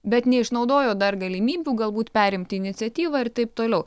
bet neišnaudojot dar galimybių galbūt perimti iniciatyvą ir taip toliau